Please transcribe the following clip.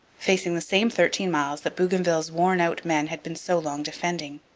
facing the same thirteen miles that bougainville's worn-out men had been so long defending.